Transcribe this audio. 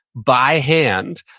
by hand,